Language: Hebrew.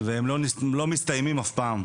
ולא מסתיימים אף פעם.